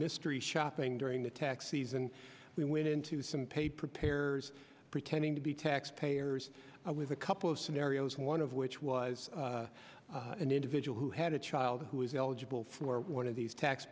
mystery shopping during the tax season we went into some paper pairs pretending to be tax payers with a couple of scenarios one of which was an individual who had a child who is eligible for one of these tax